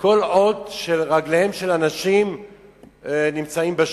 נרות כל עוד רגליהם של אנשים נמצאות בשוק,